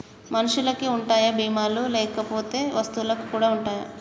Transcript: మనుషులకి ఉంటాయా బీమా లు లేకపోతే వస్తువులకు కూడా ఉంటయా?